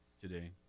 today